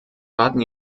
warten